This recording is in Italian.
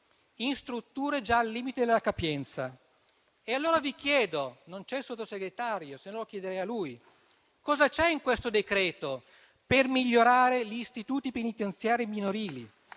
in strutture già al limite della capienza. Dunque vi chiedo - non c'è il Sottosegretario, altrimenti chiederei a lui - cosa c'è in questo decreto-legge per migliorare gli istituti penitenziari minorili